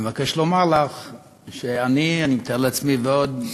אני מבקש לומר לך שאני, ואני מתאר לעצמי שעוד,